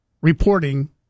reporting